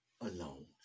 alone